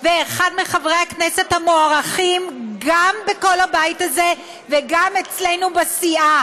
ואחד מחברי הכנסת המוערכים גם בכל הבית הזה וגם אצלנו בסיעה.